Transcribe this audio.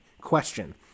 Question